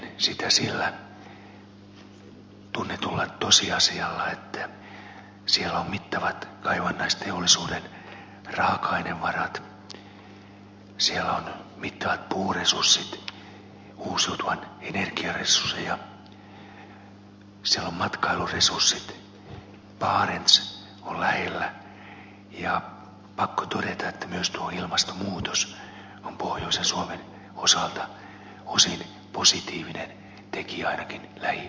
ja perustelen sitä sillä tunnetulla tosiasialla että siellä on mittavat kaivannaisteollisuuden raaka ainevarat siellä on mittavat puuresurssit uusiutuvan energian resursseja siellä on matkailuresurssit barents on lähellä ja on pakko todeta että myös tuo ilmastonmuutos on pohjoisen suomen osalta osin positiivinen tekijä ainakin lähivuosikymmeninä